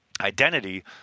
identity